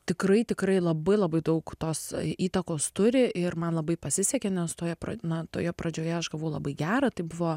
tikrai tikrai labai labai daug tos įtakos turi ir man labai pasisekė nes toje na toje pradžioje aš gavau labai gerą tai buvo